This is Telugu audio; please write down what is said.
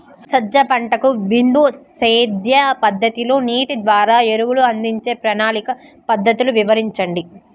సజ్జ పంటకు బిందు సేద్య పద్ధతిలో నీటి ద్వారా ఎరువులను అందించే ప్రణాళిక పద్ధతులు వివరించండి?